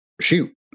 shoot